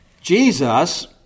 Jesus